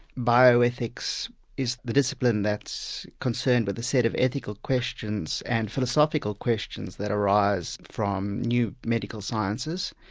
bioethics is the discipline that's concerned with a set of ethical questions and philosophical questions that arise from new medical sciences,